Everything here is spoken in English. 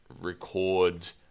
record